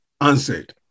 answered